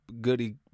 goody